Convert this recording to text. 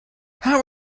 how